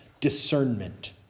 discernment